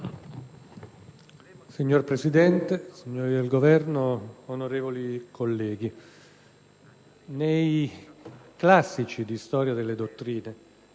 Signora Presidente, rappresentanti del Governo, onorevoli colleghi, nei classici di storia delle dottrine,